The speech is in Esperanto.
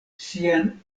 sian